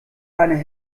einer